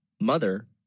mother